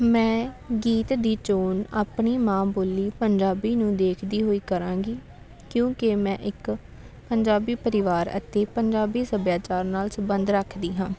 ਮੈਂ ਗੀਤ ਦੀ ਚੋਣ ਆਪਣੀ ਮਾਂ ਬੋਲੀ ਪੰਜਾਬੀ ਨੂੰ ਦੇਖਦੀ ਹੋਈ ਕਰਾਂਗੀ ਕਿਉਂਕਿ ਮੈਂ ਇੱਕ ਪੰਜਾਬੀ ਪਰਿਵਾਰ ਅਤੇ ਪੰਜਾਬੀ ਸੱਭਿਆਚਾਰ ਨਾਲ ਸੰਬੰਧ ਰੱਖਦੀ ਹਾਂ